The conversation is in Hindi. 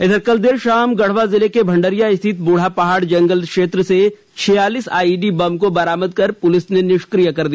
इधर कल देरे शाम गढ़वा जिले के भंडरिया स्थित ब्रढ़ापहाड़ जंगल क्षेत्र से छियालीस आईईडी बम को बरामद कर प्रलिस ने निष्क्रिय कर दिया